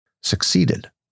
succeeded